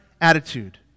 attitude